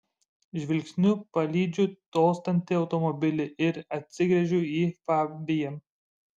žvilgsniu palydžiu tolstantį automobilį ir atsigręžiu į fabiją